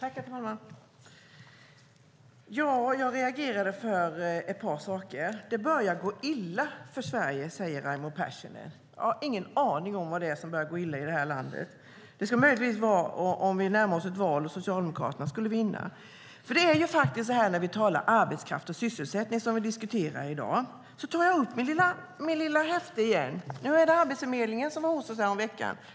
Herr talman! Jag reagerade på ett par saker. Det börjar gå illa för Sverige, säger Raimo Pärssinen. Jag har ingen aning om vad det är som börjar gå illa i det här landet. Det skulle möjligen vara om vi skulle närma oss ett val som Socialdemokraterna vinner. Vi diskuterar arbetsmarknad och sysselsättning i dag. Då tar jag upp mitt lilla häfte igen. Här har vi de siffror som Arbetsförmedlingen kom med häromveckan.